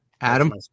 Adam